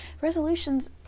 Resolutions